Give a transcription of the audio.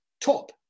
top